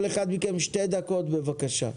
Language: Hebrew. כל אחד מכם שתי דקות בבקשה.